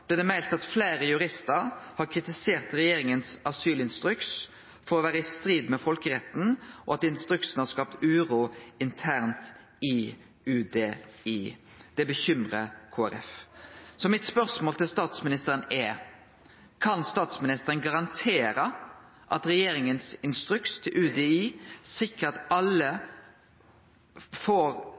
det meldt at fleire juristar har kritisert regjeringas asylinstruks for å vere i strid med folkeretten, og at instruksen har skapt uro internt i UDI. Det uroar Kristeleg Folkeparti. Mitt spørsmål til statsministeren er: Kan statsministeren garantere at regjeringas instruks til UDI sikrar at alle asylsøkjarar som kjem over Storskog, får